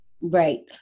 right